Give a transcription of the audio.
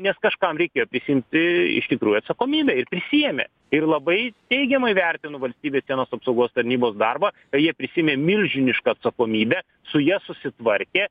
nes kažkam reikėjo prisiimti iš tikrųjų atsakomybę ir prisiėmė ir labai teigiamai vertinu valstybės sienos apsaugos tarnybos darbą jie prisiėmė milžinišką atsakomybę su ja susitvarkė